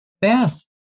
Beth